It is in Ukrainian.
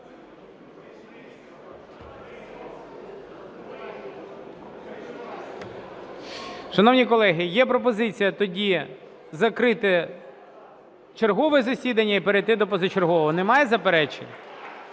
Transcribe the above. Шановні колеги, є пропозиція тоді закрити чергове засідання і перейти до позачергового. Немає заперечень?